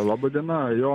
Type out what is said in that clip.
laba diena jo